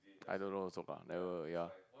I don't know also bah never err ya